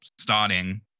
starting